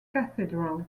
cathedral